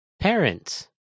Parents